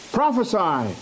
prophesy